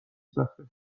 سخته